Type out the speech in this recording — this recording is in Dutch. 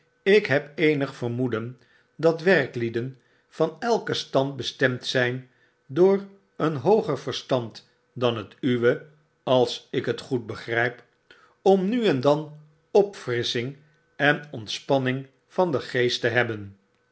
ik heb eenig vermoeden dat werklieden van elken stand bestemd zyn door een hooger verstand dan het uwe als ik het goed begryp om nu en dan opfrissching en ontspanning van den geest te hebben